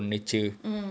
hmm